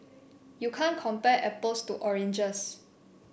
you can't compare apples to oranges